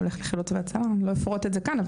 הולך לחילוץ והצלה לא אפרוט את זה כאן,